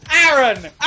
Aaron